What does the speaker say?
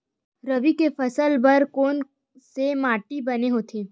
रबी के फसल बर कोन से माटी बने होही?